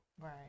Right